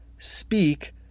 speak